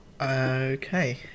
okay